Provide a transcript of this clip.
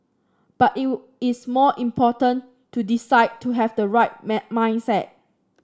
but it was it's more important to decide to have the right my mindset